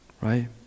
right